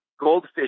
goldfish